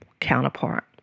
counterpart